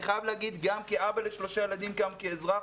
אני חייב להגיד גם כאבא לשלושה ילדים וגם כאזרח,